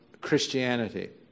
Christianity